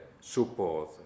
support